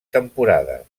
temporades